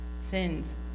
sins